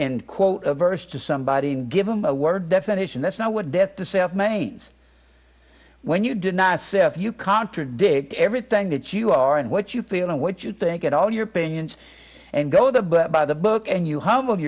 and quote a verse to somebody and give them a word definition that's not what death to self manes when you did not say if you contradict everything that you are and what you feel or what you think at all your opinions and go there but by the book and you home of